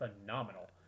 phenomenal